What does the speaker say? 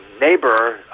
neighbor